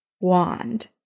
wand